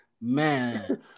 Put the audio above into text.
man